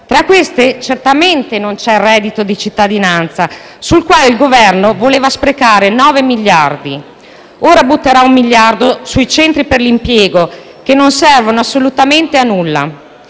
Tra queste, certamente non c'è il reddito di cittadinanza, sul quale il Governo voleva sprecare 9 miliardi di euro. Ora butterà un miliardo sui centri per l'impiego, che non servono assolutamente a nulla.